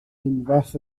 unfath